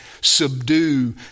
subdue